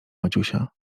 maciusia